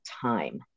time